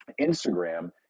Instagram